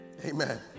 Amen